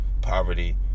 poverty